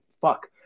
fuck